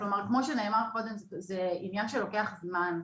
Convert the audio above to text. כלומר כמו שנאמר קודם, זה עניין שלוקח זמן.